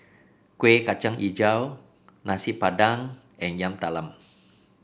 Kueh Kacang hijau Nasi Padang and Yam Talam